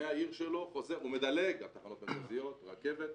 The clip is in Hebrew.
הוא מדלג על תחנות מרכזיות, רכבת.